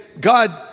God